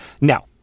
Now